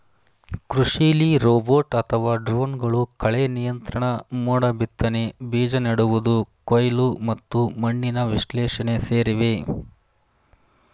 ಕೃಷಿಲಿ ರೋಬೋಟ್ ಅಥವಾ ಡ್ರೋನ್ಗಳು ಕಳೆನಿಯಂತ್ರಣ ಮೋಡಬಿತ್ತನೆ ಬೀಜ ನೆಡುವುದು ಕೊಯ್ಲು ಮತ್ತು ಮಣ್ಣಿನ ವಿಶ್ಲೇಷಣೆ ಸೇರಿವೆ